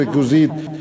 ריכוזית,